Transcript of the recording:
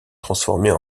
transformer